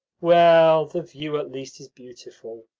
well, the view at least is beautiful.